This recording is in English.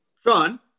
Sean